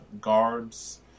guards